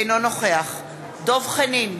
אינו נוכח דב חנין,